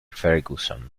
ferguson